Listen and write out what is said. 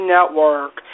Network